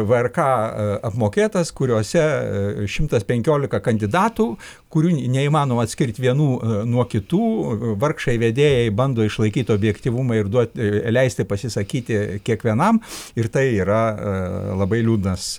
vrk apmokėtas kuriose šimtas penkiolika kandidatų kurių neįmanoma atskirt vienų nuo kitų vargšai vedėjai bando išlaikyt objektyvumą ir duot leisti pasisakyti kiekvienam ir tai yra labai liūdnas